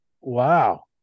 Wow